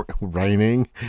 raining